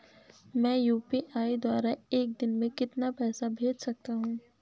मैं यू.पी.आई द्वारा एक दिन में कितना पैसा भेज सकता हूँ?